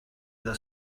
iddo